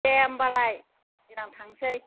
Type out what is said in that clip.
दे होनबालाय देनां थांनिसै